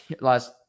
last